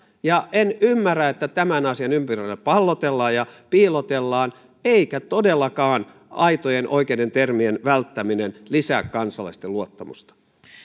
en ymmärrä että tämän asian ympärillä pallotellaan ja piilotellaan eikä todellakaan aitojen oikeiden termien välttäminen lisää kansalaisten luottamusta